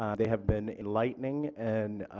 um they have been enlightening and